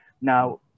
Now